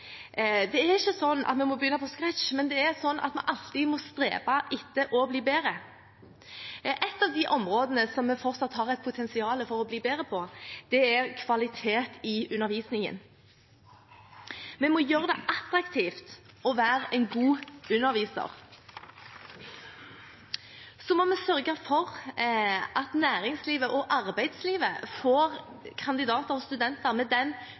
Det er ikke sånn at vi må begynne på scratch, men vi må alltid strebe etter å bli bedre. Ett av de områdene som vi fortsatt har potensial for å bli bedre på, er kvalitet i undervisningen. Vi må gjøre det attraktivt å være en god underviser. Så må vi sørge for at næringslivet og arbeidslivet får kandidater og studenter med den